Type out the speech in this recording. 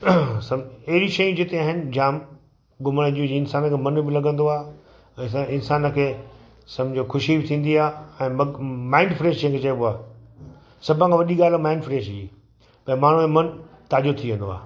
अहिड़ी शयूं जिते आहिनि जाम घुमण जूं जंहिंसां असांखे मन बि लॻंदो आहे ऐं असां इंसान खे सम्झो ख़ुशी बि थींदी आहे ऐं मक माइंड फ्रेश जंहिंखें चइबो आहे सभु खां वॾी ॻाल्हि आहे माइंड फ्रेश जी त माण्हू यो मनु ताज़ो थी वेंदो आहे